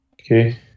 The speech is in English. Okay